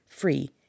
Free